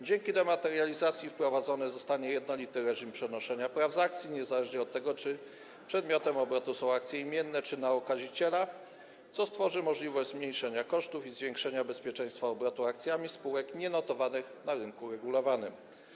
Dzięki dematerializacji wprowadzony zostanie jednolity reżim przenoszenia praw z akcji, niezależnie od tego, czy przedmiotem obrotu są akcje imienne czy na okaziciela, co stworzy możliwość zmniejszenia kosztów i zwiększenia bezpieczeństwa obrotu akcjami spółek nienotowanych na rynku regulowanym.